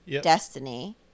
Destiny